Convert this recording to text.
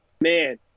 Man